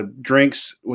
drinks